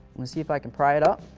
me see if i can pry it up,